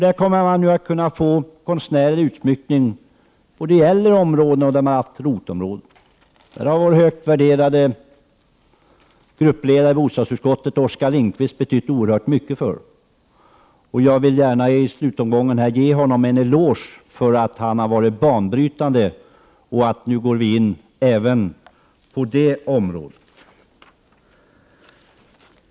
Man kommer nu att kunna få konstnärlig utsmyckning både i äldre områden och i ROT-områden. Vår högt värderade gruppledare i bostadsutskottet, Oskar Lindkvist, har betytt oerhört mycket för det, och jag vill gärna nu i slutomgången ge honom en eloge för att han har varit banbrytande och för att vi nu går in även på det området.